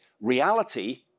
reality